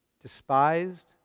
Despised